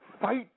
Fight